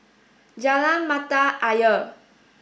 Jalan Mata Ayer